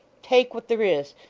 take what there is,